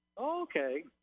Okay